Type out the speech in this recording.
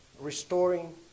restoring